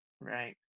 Right